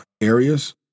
areas